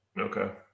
Okay